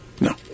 No